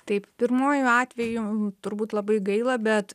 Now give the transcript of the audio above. taip pirmuoju atveju turbūt labai gaila bet